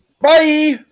Bye